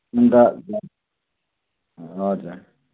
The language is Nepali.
अन्त ए हजुर